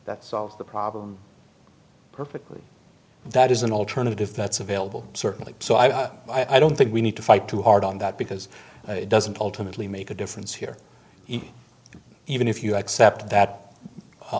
that solves the problem perfectly that is an alternative that's available certainly so i i don't think we need to fight too hard on that because it doesn't ultimately make a difference here even even if you accept that u